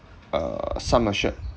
uh sum assured